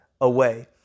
away